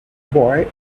boy